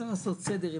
צריך לעשות סדר,